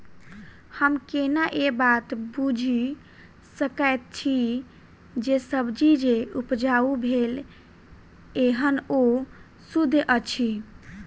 हम केना ए बात बुझी सकैत छी जे सब्जी जे उपजाउ भेल एहन ओ सुद्ध अछि?